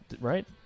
Right